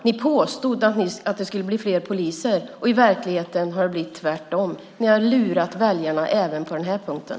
Ni påstod att det skulle bli fler poliser. I verkligheten har det blivit tvärtom. Ni har lurat väljarna även på den här punkten.